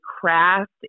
craft